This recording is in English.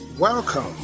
Welcome